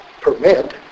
permit